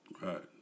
Right